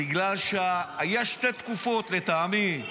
בגלל שיש שתי תקופות, לטעמי: